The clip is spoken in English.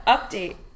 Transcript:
Update